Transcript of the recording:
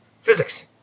Physics